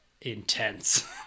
intense